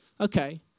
okay